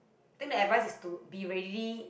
think the advise is to be ready